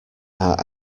are